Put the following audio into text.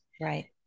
Right